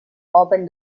open